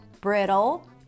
brittle